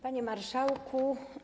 Panie Marszałku!